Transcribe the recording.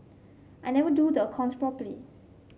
I never do the accounts properly